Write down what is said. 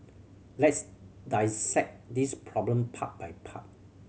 let's dissect this problem part by part